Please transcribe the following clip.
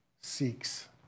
seeks